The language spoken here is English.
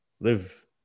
Live